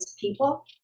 people